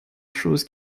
choses